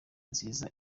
nziza